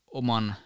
oman